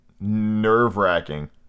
nerve-wracking